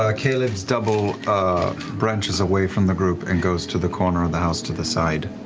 ah caleb's double branches away from the group and goes to the corner of the house, to the side,